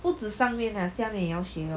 不只上面 lah 下面也要学 lor